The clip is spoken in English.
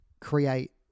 create